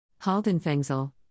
Haldenfengsel